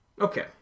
Okay